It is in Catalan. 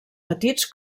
petits